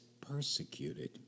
Persecuted